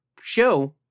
show